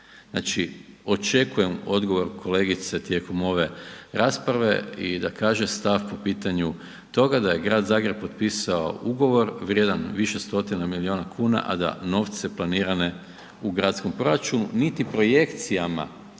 Znači, očekujem odgovor kolegice tijekom ove rasprave i da kaže stav po pitanju toga da je Grad Zagreb potpisao ugovor vrijedan više stotina miliona kuna, a da novce planirane u gradskom proračunu niti projekcijama